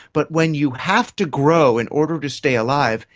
but when you have to grow in order to stay alive,